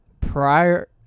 prior